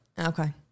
Okay